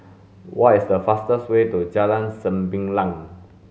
what is the fastest way to Jalan Sembilang